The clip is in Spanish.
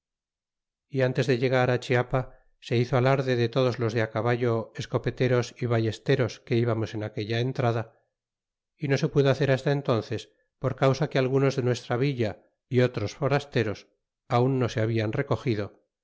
y antes de negar chiapa se hizo alarde de todos los de a caballo escopeteros y ballesteros que íbamos en aquella entrada y no se pudo hacer hasta entónces por causa que algunos de nuestra villa y otros forasteros aun no se hablan recogido